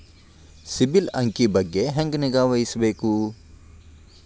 ಸಿಬಿಲ್ ಅಂಕಿ ಬಗ್ಗೆ ಹೆಂಗ್ ನಿಗಾವಹಿಸಬೇಕು?